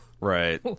Right